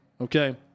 Okay